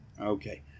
Okay